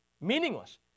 meaningless